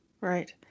right